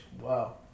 Wow